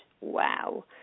Wow